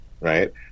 right